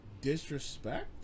disrespect